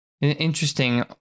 Interesting